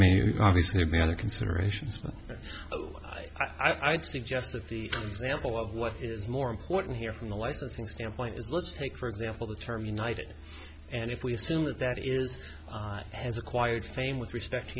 mean obviously the other considerations i'd suggest that the example of what is more important here from the licensing standpoint is let's take for example the term united and if we assume that that is has acquired fame with respect